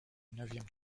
neuvième